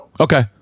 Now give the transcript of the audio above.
Okay